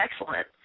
excellent